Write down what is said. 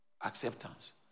acceptance